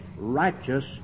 righteous